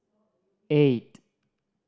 eight